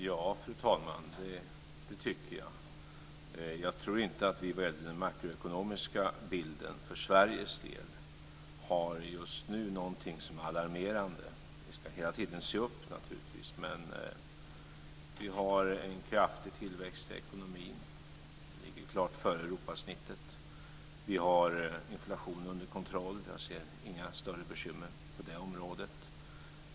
Fru talman! Ja, det tycker jag. Jag tror inte att den makroekonomiska bilden för Sveriges del just nu har några alarmerande inslag. Vi ska naturligtvis hela tiden se upp, men vi har en kraftig tillväxt i ekonomin. Vi ligger klart över Europagenomsnittet. Vi har inflationen under kontroll. Jag ser inga större bekymmer på det området.